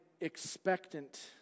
expectant